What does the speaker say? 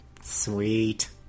Sweet